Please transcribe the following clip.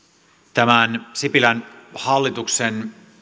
tämän sipilän hallituksen